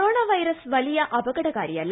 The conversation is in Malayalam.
കൊറോണ വൈറസ് വലിയ അപകടകാരിയല്ല